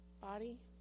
body